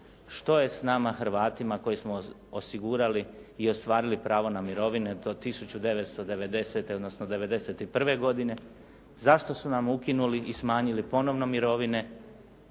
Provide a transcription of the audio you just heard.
što je s nama Hrvatima koji smo osigurali i ostvarili pravo na mirovine do 1990. odnosno 1991. godine zašto su nam ukinuli i smanjili ponovno mirovine?"